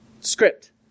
script